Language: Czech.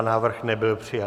Návrh nebyl přijat.